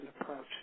approach